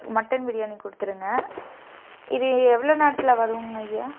mutton biryani கொடுத்துருங்க இது எவ்வளோ நேரத்தில் வருங்கையா